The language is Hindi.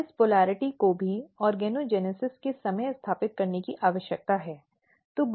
और इस पोलिरटी को भी ऑर्गेनोजेनेसिस के समय स्थापित करने की आवश्यकता है